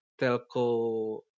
telco